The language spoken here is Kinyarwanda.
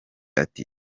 ati